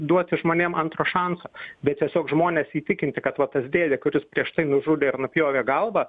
duoti žmonėm antro šanso bet tiesiog žmones įtikinti kad va tas dėdė kuris prieš tai nužudė nupjovė galvą